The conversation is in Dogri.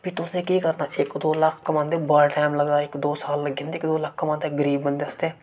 फेर तुसें केह् करना इक दो लक्ख कमांदे बड़ा टैम लगदा इक दो साल लग्गी जंदे इक दो लक्ख कमांदे गरीब बंदे आस्तै